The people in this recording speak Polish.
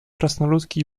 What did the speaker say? krasnoludki